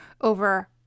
over